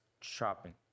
shopping